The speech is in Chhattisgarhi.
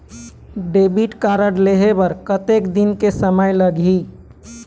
डेबिट कारड लेहे बर कतेक दिन के समय लगही?